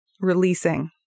releasing